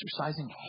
exercising